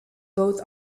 both